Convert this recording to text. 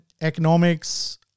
economics